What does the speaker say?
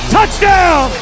Touchdown